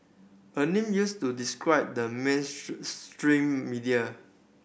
a name used to describe the mains stream media